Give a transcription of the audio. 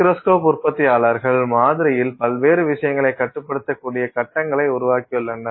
microscope உற்பத்தியாளர்கள் மாதிரியில் பல்வேறு விஷயங்களை கட்டுப்படுத்தக்கூடிய கட்டங்களை உருவாக்கியுள்ளனர்